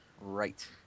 Right